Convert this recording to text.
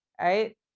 right